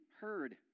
heard